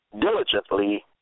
diligently